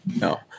No